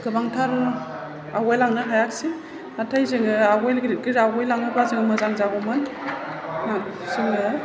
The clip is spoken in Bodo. गोबांथार आवगायलांनो हायासै नाथाय जोङो आवगायलाङोबा जों मोजां जागौमोन जोङो